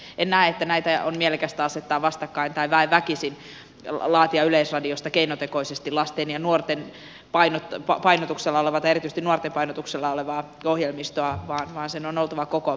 en näe että näitä on mielekästä asettaa vastakkain tai väen väkisin laatia yleisradiosta keinotekoisesti lasten ja nuorten painotuksella olevaa tai erityisesti nuorten painotuksella olevaa ohjelmistoa vaan sen on oltava koko kansan yle